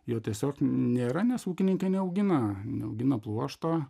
jo tiesiog nėra nes ūkininkai neaugina neaugina pluošto